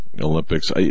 Olympics